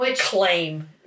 claim